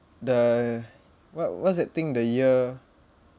the what what's that thing the ear